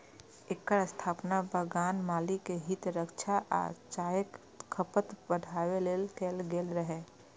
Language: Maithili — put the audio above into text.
एकर स्थापना बगान मालिक के हित रक्षा आ चायक खपत बढ़ाबै लेल कैल गेल रहै